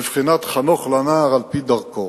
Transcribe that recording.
בבחינת חנוך לנער על-פי דרכו.